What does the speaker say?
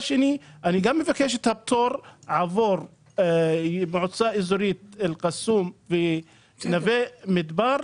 אני מבקש פטור עבור המועצה האזורית אל-קסום ונווה מדבר,